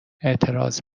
اعتراض